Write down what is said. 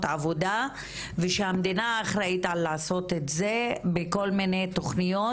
עבודה ושהמדינה אחראית לעשות את זה בכל מיני תוכניות,